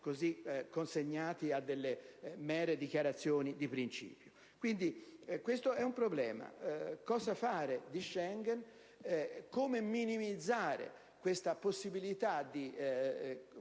essere consegnati a delle mere dichiarazioni di principio. Questo è un problema: cosa fare di Schengen, come minimizzare la possibilità di